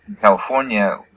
California